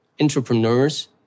entrepreneurs